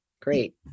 Great